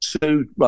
two